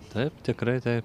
taip tikrai tai